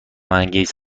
انگیز